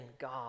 God